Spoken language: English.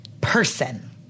person